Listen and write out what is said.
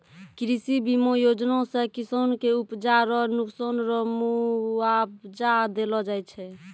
कृषि बीमा योजना से किसान के उपजा रो नुकसान रो मुआबजा देलो जाय छै